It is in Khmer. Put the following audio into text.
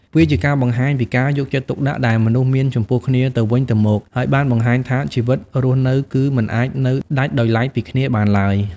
វាជាការបង្ហាញពីការយកចិត្តទុកដាក់ដែលមនុស្សមានចំពោះគ្នាទៅវិញទៅមក ហើយបានបង្ហាញថាជីវិតរស់នៅគឺមិនអាចនៅដាច់ដោយឡែកពីគ្នាបានឡើយ។